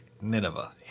Nineveh